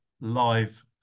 live